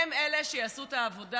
הם שיעשו את העבודה?